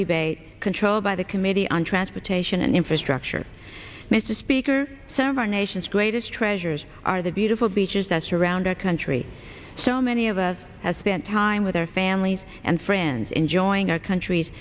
debate controlled by the committee on transportation and infrastructure mr speaker some of our nation's greatest treasures are the beautiful beaches that surround our country so many of us has spent time with our families and friends enjoying our country's